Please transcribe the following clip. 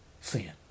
sin